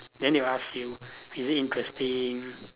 then they will ask you is it interesting